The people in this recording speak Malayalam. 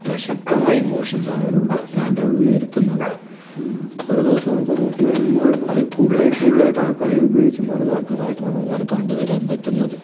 വളരെ ശക്തമായ ഇമോഷൻസാണ് അവർ കൺട്രോളിൽ വരുത്തുന്നത് ഒരു ദിവസം നമുക്ക് നോക്കിവരുമ്പോൾ അത് കൂടുതൽ കൂടുതലായിട്ട് ആൾക്കാർ ഉപയോഗിച്ച് മുതലാക്കുന്നതായിട്ട് നമുക്കത് കണ്ട് വരാൻ പറ്റുന്നത്